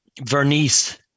Vernice